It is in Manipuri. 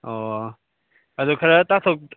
ꯑꯣ ꯑꯗꯣ ꯈꯔ ꯇꯥꯊꯣꯛ